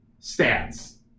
stats